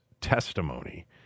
testimony